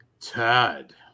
Tad